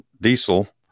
diesel